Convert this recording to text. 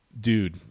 dude